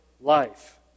life